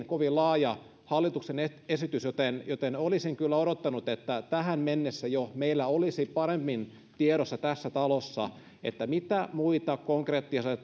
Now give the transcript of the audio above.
kovin laaja hallituksen esitys joten joten olisin kyllä odottanut että tähän mennessä jo meillä olisi paremmin tiedossa tässä talossa mitä muita konkreettisia